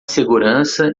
segurança